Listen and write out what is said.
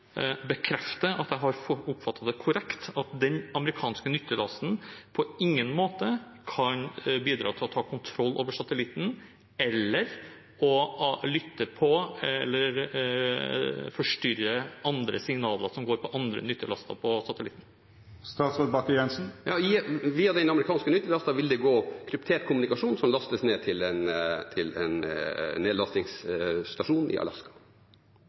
bekrefte at jeg har oppfattet det korrekt, at den amerikanske nyttelasten på ingen måte kan bidra til å ta kontroll over satellitten eller lytte på eller forstyrre andre signaler som går på andre nyttelaster på satellitten? Via den amerikanske nyttelasten vil det gå kryptert kommunikasjon som lastes ned til en nedlastingsstasjon i